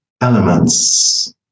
elements